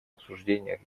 обсуждениях